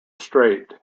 strait